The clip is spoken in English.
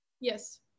Yes